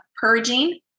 purging